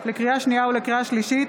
לקריאה שנייה ולקריאה שלישית: